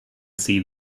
see